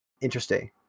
interesting